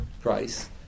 price